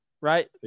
right